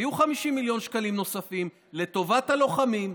תביאו 50 מיליון שקלים נוספים לטובת הלוחמים.